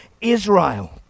Israel